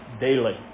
daily